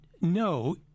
no